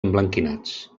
emblanquinats